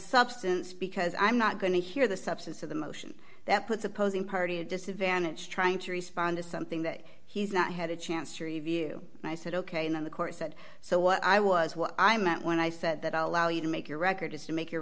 substance because i'm not going to hear the substance of the motion that puts opposing party a disadvantage trying to respond to something that he's not had a chance to review and i said ok and then the court said so what i was what i meant when i said that allow you to make your record as you make your